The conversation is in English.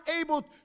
able